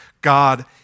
God